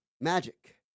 magic